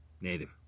Native